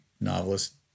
novelist